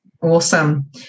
Awesome